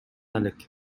алек